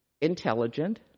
intelligent